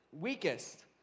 weakest